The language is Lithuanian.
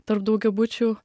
tarp daugiabučių